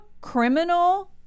criminal